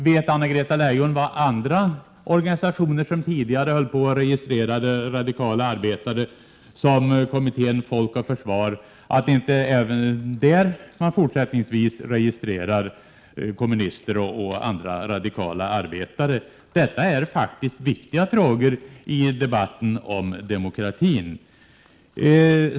Vet Anna-Greta Leijon att man inte i andra organisationer som tidigare registrerat kommunister och radikala arbetare — som Kommittén Folk och Försvar — gör det också fortsättningsvis? Detta är faktiskt viktiga frågor i debatten om demokratin.